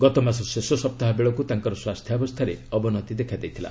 ଗତ ମାସ ଶେଷ ସପ୍ତାହ ବେଳକୁ ତାଙ୍କର ସ୍ୱାସ୍ଥ୍ୟାବସ୍ଥାରେ ଅବନତୀ ଦେଖାଦେଇଥିଲା